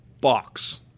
box